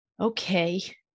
okay